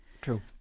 true